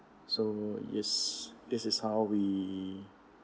so yes this is how we